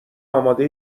آماده